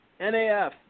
NAF